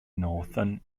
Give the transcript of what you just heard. northern